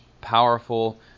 powerful